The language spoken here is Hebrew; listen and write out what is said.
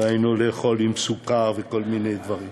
דהיינו לאכול עם סוכר וכל מיני דברים.